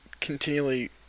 continually